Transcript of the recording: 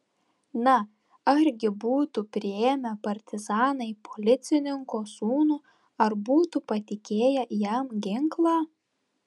na argi būtų priėmę partizanai policininko sūnų ar būtų patikėję jam ginklą